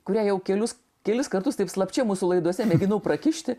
kurią jau kelius kelis kartus taip slapčia mūsų laidose mėginu prakišti